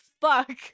fuck